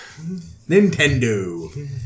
Nintendo